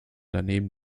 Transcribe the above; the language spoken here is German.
daneben